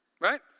right